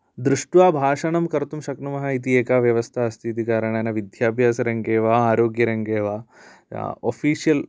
दृष्ट्वा भाषणं कर्तुं शक्नुमः इति एका व्यवस्था अस्ति इति कारणेन विद्याभ्यासरङ्गे वा आरोग्यरङ्गे वा अफीशियल्